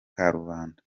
karubanda